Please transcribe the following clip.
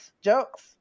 jokes